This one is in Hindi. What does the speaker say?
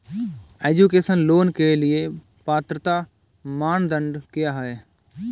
एजुकेशन लोंन के लिए पात्रता मानदंड क्या है?